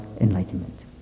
enlightenment